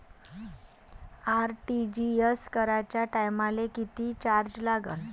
RTGS कराच्या टायमाले किती चार्ज लागन?